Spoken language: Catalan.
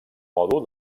mòdul